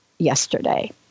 yesterday